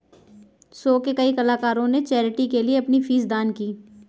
show के कई कलाकारों ने चैरिटी के लिए अपनी फीस दान की